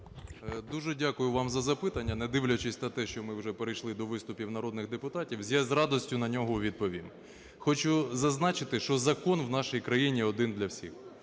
Дуже дякую вам за запитання. Не дивлячись на те, що ми вже перейшли до виступів народних депутатів, я з радістю на нього відповім. Хочу зазначити, що закон в нашій країні один для всіх.